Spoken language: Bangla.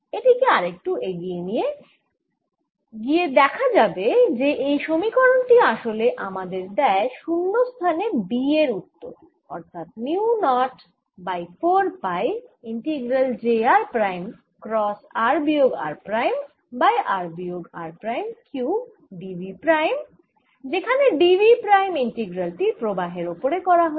এটিকে আরেকটু এগিয়ে নিয়ে গিয়ে দেখা যাবে যে এই সমীকরণ টি আসলে আমাদের দেয় শূন্যস্থানে B এর উত্তর অর্থাৎ mu naught by 4 pi integral j r prime cross r বিয়োগ r প্রাইম বাই r বিয়োগ r prime cube d v prime যেখানে d v প্রাইম ইন্টিগ্রাল টি প্রবাহের ওপরে করা হচ্ছে